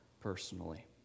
personally